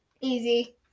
easy